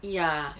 ya